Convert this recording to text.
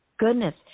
goodness